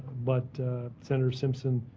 but senator simpson